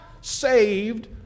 Saved